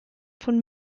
von